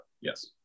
Yes